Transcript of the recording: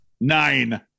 Nine